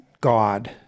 God